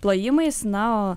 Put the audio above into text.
plojimais na o